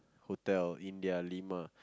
hotel India lima